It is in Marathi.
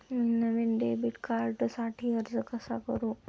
मी नवीन डेबिट कार्डसाठी अर्ज कसा करू?